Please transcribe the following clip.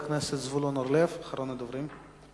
חבר הכנסת זבולון אורלב, אחרון הדוברים.